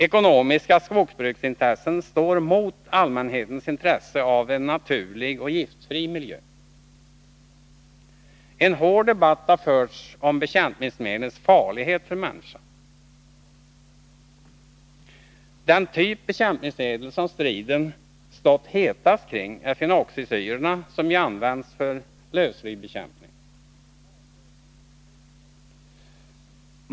Ekonomiska skogsbruksintressen står mot allmänhetens intresse av en naturlig giftfri miljö. En hård debatt har förts om bekämpningsmedlens farlighet för människan. Den typ av bekämpningsmedel som striden stått hetast kring är fenoxisyrorna, som ju används för lövslybekämpning.